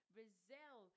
Brazil